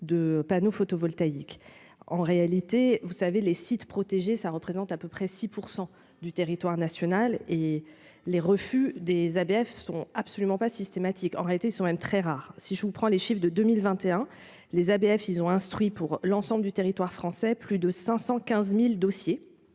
de panneaux photovoltaïques, en réalité, vous savez, les sites protégés, ça représente à peu près 6 pour 100 du territoire national et les refus des ABF sont absolument pas systématique, en réalité sur même très rare, si je vous prends les chiffres de 2021 les ABF, ils ont instruit pour l'ensemble du territoire français, plus de 515000 dossiers.